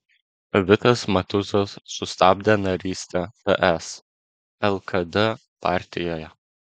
vitas matuzas sustabdė narystę ts lkd partijoje